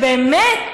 באמת,